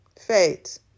Faith